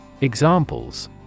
Examples